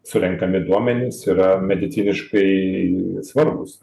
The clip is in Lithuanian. surenkami duomenys yra mediciniškai svarbūs